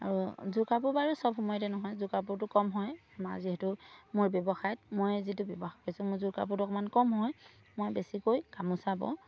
আৰু যোৰ কাপোৰ বাৰু চব সময়তে নহয় যোৰ কাপোৰটো কম হয় আমাৰ যিহেতু মোৰ ব্যৱসায়ত মই যিটো ব্যৱসায় কৰিছোঁ মোৰ যোৰ কাপোৰটো অকণমান কম হয় মই বেছিকৈ গামোচা বওঁ